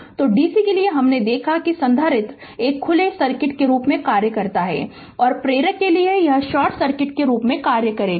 तो DC के लिए हमने देखा है कि संधारित्र एक खुले सर्किट के रूप में कार्य करता है और प्रारंभ करनेवाला के लिए यह शॉर्ट सर्किट के रूप में कार्य करेगा